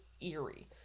eerie